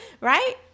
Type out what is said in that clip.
right